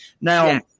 Now